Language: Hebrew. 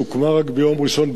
שהוקמה רק ביום ראשון,